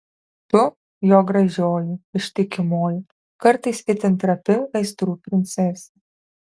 tu jo gražioji ištikimoji kartais itin trapi aistrų princesė